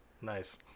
nice